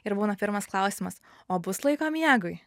ir būna pirmas klausimas o bus laiko miegui